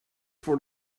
for